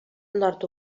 nord